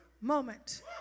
moment